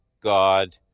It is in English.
God